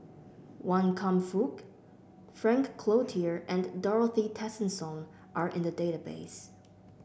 Wan Kam Fook Frank Cloutier and Dorothy Tessensohn are in the database